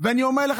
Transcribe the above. ואני אומר לך,